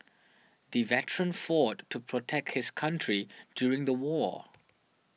the veteran fought to protect his country during the war